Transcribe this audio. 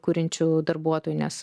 kuriančių darbuotojų nes